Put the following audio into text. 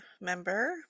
member